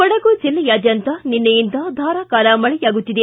ಕೊಡಗು ಜಿಲ್ಲೆಯಾದ್ವಂತ ನಿನ್ನೆಯಿಂದ ಧಾರಾಕಾರ ಮಳೆಯಾಗುತ್ತಿದೆ